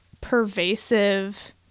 pervasive